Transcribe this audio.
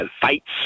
fights